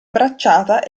bracciata